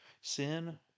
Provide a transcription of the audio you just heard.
Sin